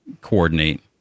coordinate